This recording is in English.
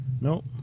No